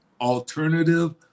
alternative